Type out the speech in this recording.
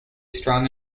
strong